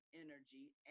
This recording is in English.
energy